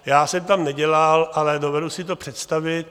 Já jsem tam nedělal, ale dovedu si to představit.